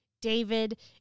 David